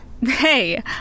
Hey